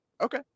Okay